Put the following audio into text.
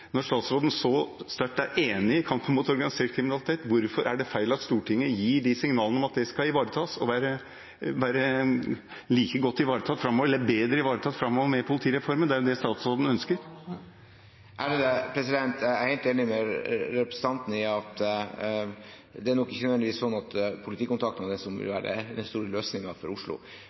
når statsråden så sterkt er enig i kampen mot organisert kriminalitet: Hvorfor er det feil at Stortinget gir signal om at det skal ivaretas like godt eller bedre framover med politireformen? Det er jo det statsråden ønsker. Jeg er helt enig med representanten i at det ikke nødvendigvis er sånn at politikontaktene vil være den store løsningen for Oslo.